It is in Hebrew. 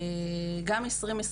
גם 2021